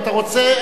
אתה רוצה,